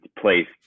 place